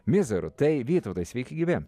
mizaru tai vytautai sveiki gyvi